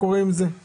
בסדר